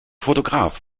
fotograf